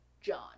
John